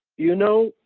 you know,